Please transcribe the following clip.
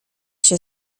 się